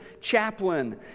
chaplain